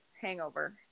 hangover